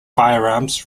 firearms